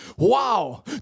Wow